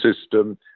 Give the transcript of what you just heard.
system